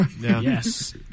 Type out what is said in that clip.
yes